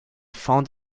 found